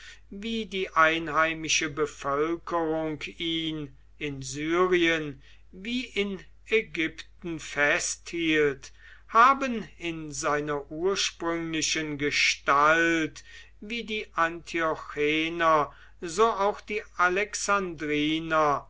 wie die einheimische bevölkerung ihn in syrien wie in ägypten festhielt haben in seiner ursprünglichen gestalt wie die antiochener so auch die